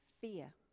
Fear